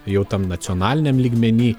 jau tam nacionaliniam lygmeny